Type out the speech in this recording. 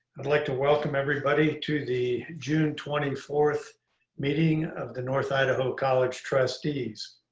i'd like to welcome everybody to the june twenty fourth meeting of the north idaho college trustees.